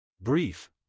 Brief